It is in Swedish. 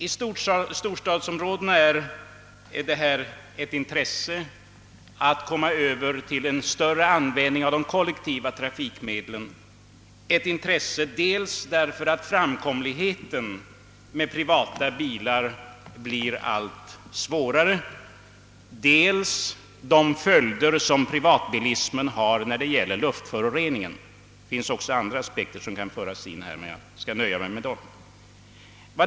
I storstadsområdena är det ett intresse att övergå till en större användning av de kollektiva trafikmedlen, dels därför att svårframkomligheten för privata bilar blir allt mera påtaglig, dels på grund av följderna av privatbilismen i form av luftföroreningar. Det finns också andra aspekter som kan föras in i detta sammanhang, men jag skall nöja mig med dessa.